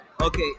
Okay